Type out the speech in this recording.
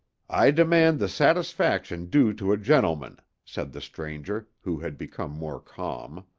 i demand the satisfaction due to a gentleman, said the stranger, who had become more calm.